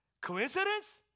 Coincidence